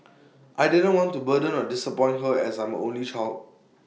I didn't want to burden or disappoint her as I'm her only child